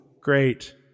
great